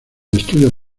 estudios